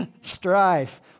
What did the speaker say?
strife